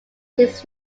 his